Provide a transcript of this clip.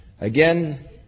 Again